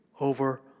over